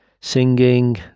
singing